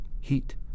heat